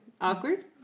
Awkward